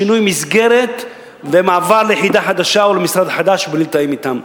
שינוי מסגרת ומעבר ליחידה חדשה ולמשרד חדש בלי לתאם אתם.